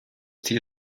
tier